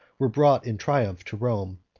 were brought in triumph to rome.